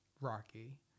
Rocky